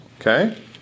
Okay